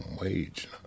wage